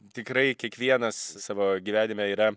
tikrai kiekvienas savo gyvenime yra